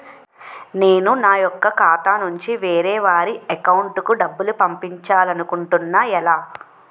నేను నా యెక్క ఖాతా నుంచి వేరే వారి అకౌంట్ కు డబ్బులు పంపించాలనుకుంటున్నా ఎలా?